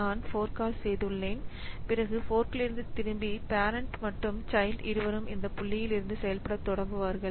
நான் fork call செய்துள்ளேன் பிறகு ஃபோர்க்லிருந்து திரும்பி பேரன்ட் மற்றும் சைல்ட் இருவரும் இந்த புள்ளியில் இருந்து செயல்பட தொடங்குவார்கள்